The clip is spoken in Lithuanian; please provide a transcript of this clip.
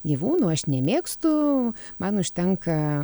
gyvūnų aš nemėgstu man užtenka